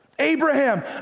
Abraham